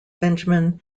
benjamin